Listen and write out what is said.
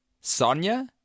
Sonia